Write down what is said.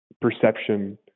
perception